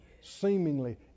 seemingly